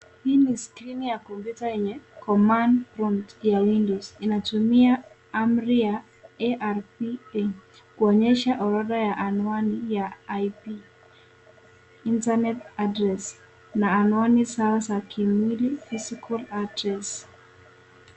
Hii ni skrini ya kompyuta yenye command prompt ya Windows. Inatumia amri ya ARP kuonyesha anwani ya IP internet adress na anwani zao za kimwili physical adress .